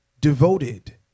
devoted